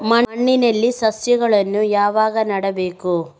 ಮಣ್ಣಿನಲ್ಲಿ ಸಸಿಗಳನ್ನು ಯಾವಾಗ ನೆಡಬೇಕು?